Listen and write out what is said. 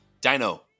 Dino